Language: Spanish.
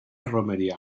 romería